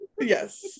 Yes